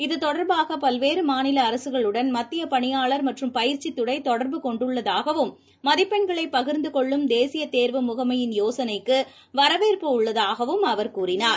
இதுதொடர்பாக பல்வேறுமாநிலஅரசுகளுடன் மத்தியப் பணியாளர் மற்றும் பயிற்சித்துறைதொடர்பு கொண்டதாகவும் மதிப்பெண்களைபகிர்ந்துகொள்ளும் தேசியதேர்வு முகமையின் யோசனைக்குவரவேற்பு உள்ளதாகவும் அவர் தெரிவித்தார்